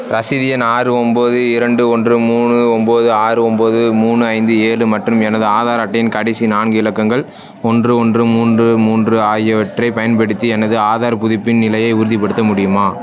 ரசீது எண் ஆறு ஒம்பது இரண்டு ஒன்று மூணு ஒம்பது ஆறு ஒம்பது மூணு ஐந்து ஏழு மற்றும் எனது ஆதார் அட்டையின் கடைசி நான்கு இலக்கங்கள் ஒன்று ஒன்று மூன்று மூன்று ஆகியவற்றை பயன்படுத்தி எனது ஆதார் புதுப்பின் நிலையை உறுதிப்படுத்த முடியுமா